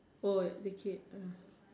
oh the kid uh